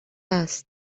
است